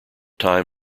time